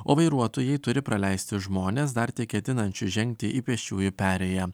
o vairuotojai turi praleisti žmones dar tik ketinančius žengti į pėsčiųjų perėją